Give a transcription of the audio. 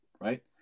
right